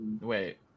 Wait